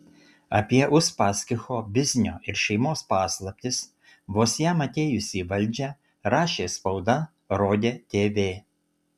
apie uspaskicho biznio ir šeimos paslaptis vos jam atėjus į valdžią rašė spauda rodė tv